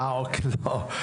אחריו.